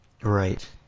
right